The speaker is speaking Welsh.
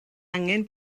angen